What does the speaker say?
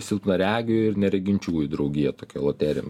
silpnaregių ir nereginčiųjų draugija tokia loterija